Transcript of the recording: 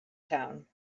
town